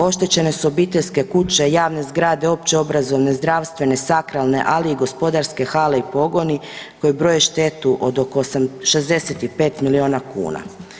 Oštećene su obiteljske kuće, javne zgrade, opće obrazovne, zdravstvene, sakralne ali i gospodarske hale i pogoni koji broje štetu od oko 65 miliona kuna.